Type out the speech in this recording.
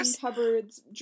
cupboards